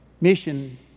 mission